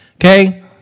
Okay